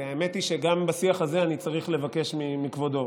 והאמת היא שגם בשיח הזה אני צריך לבקש מכבודו,